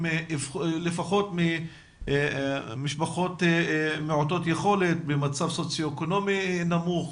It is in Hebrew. לפחות ממשפחות מעוטות יכולת במצב סוציו אקונומי נמוך,